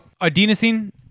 adenosine